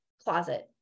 closet